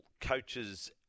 coaches